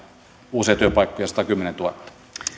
uusia työpaikkoja satakymmentätuhatta